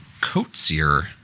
Coatsier